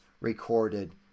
recorded